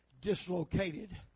dislocated